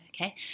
okay